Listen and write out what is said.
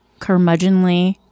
curmudgeonly